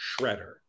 Shredder